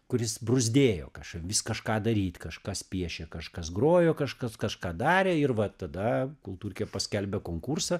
kuris bruzdėjo kažk vis kažką daryt kažkas piešė kažkas grojo kažkas kažką darė ir va tada kulturkė paskelbė konkursą